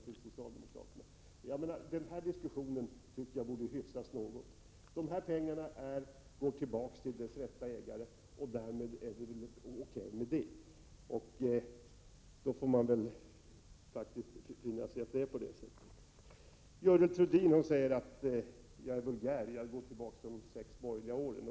Jag tycker att den här diskussionen borde hyfsas något. Pengarna går tillbaka till deras rätta ägare. Så är det, och det får man faktiskt finna sig i. Görel Thurdin säger att jag är vulgär, när jag går tillbaka till de sex borgerliga åren.